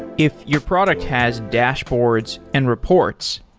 if your product has dashboards and reports,